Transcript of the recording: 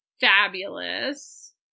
fabulous